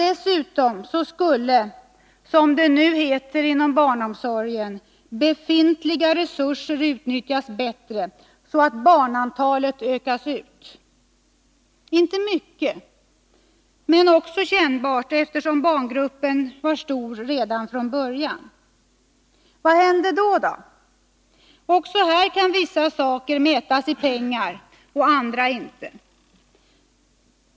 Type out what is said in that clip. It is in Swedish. Dessutom skulle, som det nu heter inom barnomsorgen, befintliga resurser utnyttjas bättre; barnantalet utökades — inte mycket, men det blev också kännbart, eftersom barngruppen var stor redan från början. Vad hände då? Också här kan vissa saker mätas i pengar och andra inte.